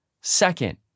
Second